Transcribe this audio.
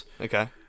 Okay